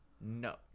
No